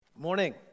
Morning